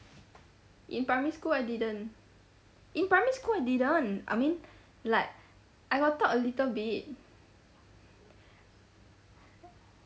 in primary school I didn't in primary school I didn't I mean like I got talk a little bit